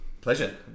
Pleasure